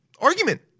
argument